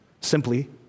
Simply